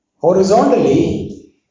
horizontally